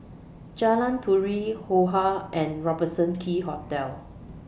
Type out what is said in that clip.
Jalan Turi Yo Ha and Robertson Quay Hotel